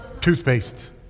Toothpaste